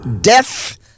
death